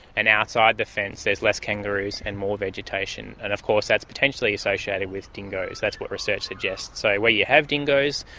and outside the fence there are less kangaroos and more vegetation, and of course that's potentially associated with dingoes, that's what research suggests. so where you have dingoes,